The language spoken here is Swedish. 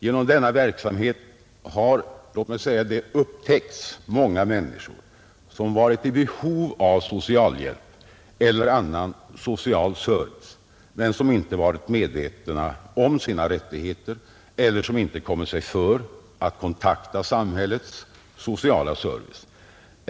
Genom denna verksamhet har det upptäckts många människor som varit i behov av socialhjälp eller annan social service men som inte varit medvetna om sina rättigheter eller som inte kommit sig för att kontakta samhällets sociala service.